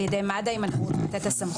עם זאת,